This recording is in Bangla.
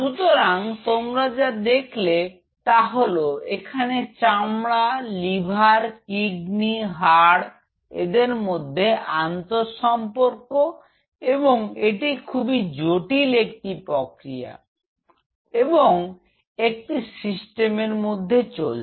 সুতরাং তোমরা যা দেখলে তা হলো এখানে চামড়া লিভার কিডনি হাড় এদের মধ্যে আন্তঃসম্পর্ক এবং এটি খুবই জটিল একটি প্রক্রিয়া এবং একটি সিস্টেমের মধ্যে চলছে